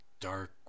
dark